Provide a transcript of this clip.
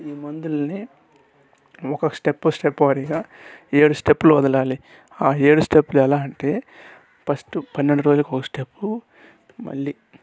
ఈ మందుల్ని ఒక స్టెప్ స్టెప్ వారీగా ఏడు స్టెప్లు వదలాలి ఆ ఏడు స్టెప్లు ఎలా అంటే ఫస్ట్ పన్నెండు రోజులకి ఒక స్టెప్ మళ్ళీ